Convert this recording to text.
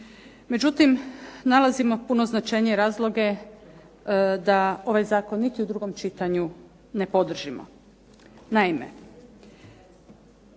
Međutim, nalazimo puno značajnije razloge da ovaj zakon niti u drugom čitanju ne podržimo.